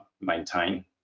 maintain